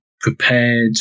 prepared